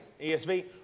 ESV